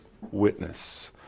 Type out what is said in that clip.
witness